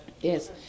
Yes